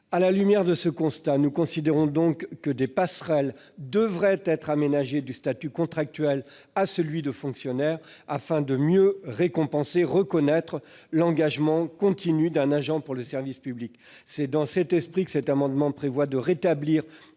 À la lumière de ce constat, nous considérons donc que des passerelles devraient être aménagées du statut contractuel vers celui de fonctionnaire, afin de mieux reconnaître et de mieux récompenser l'engagement continu d'un agent pour le service public. Dans cet esprit, cet amendement vise à rétablir